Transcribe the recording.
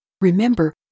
Remember